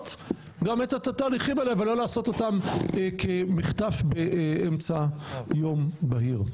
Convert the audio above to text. גם את התהליכים האלה ולא לעשות אותם כמחטף באמצע יום בהיר.